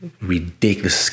ridiculous